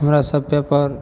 हमरासब पेपर